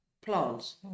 plants